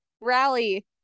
rally